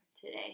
today